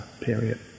period